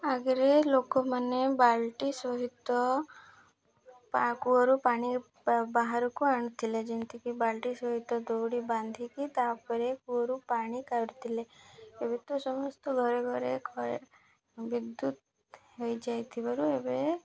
ଆଗରେ ଲୋକମାନେ ବାଲ୍ଟି ସହିତ କୂଅରୁ ପାଣି ବାହାରକୁ ଆଣୁଥିଲେ ଯେମିତିକି ବାଲ୍ଟି ସହିତ ଦଉଡ଼ି ବାନ୍ଧିକି ତାପରେ କୂଅରୁ ପାଣି କା଼ଢୁଥିଲେ ଏବେ ତ ସମସ୍ତ ଘରେ ଘରେ ବିଦ୍ୟୁତ୍ ହୋଇଯାଇଥିବାରୁ ଏବେ